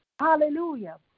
Hallelujah